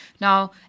Now